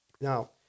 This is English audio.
Now